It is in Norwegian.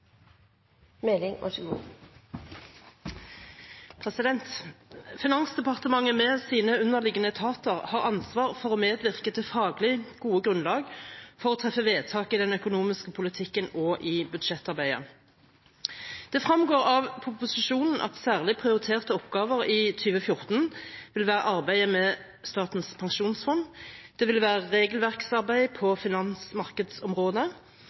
Finansdepartementet, med sine underliggende etater, har ansvar for å medvirke til faglig gode grunnlag for å treffe vedtak i den økonomiske politikken og i budsjettarbeidet. Det fremgår av proposisjonen at særlig prioriterte oppgaver i 2014 vil være arbeidet med statens pensjonsfond regelverksarbeid på finansmarkedsområdet